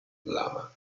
lama